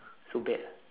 so bad